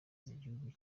igihugu